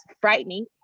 frightening